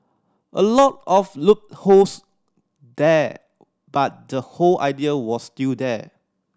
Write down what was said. a lot of loopholes there but the whole idea was still there